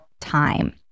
time